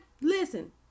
listen